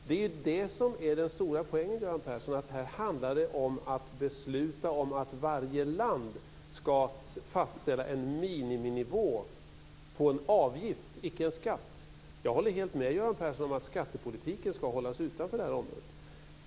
Det är det som är den stora poängen, Göran Persson, att det handlar om att besluta om att varje land ska fastställa en miniminivå på en avgift, icke en skatt. Jag håller med Göran Persson om att skattepolitiken ska hållas utanför det här området.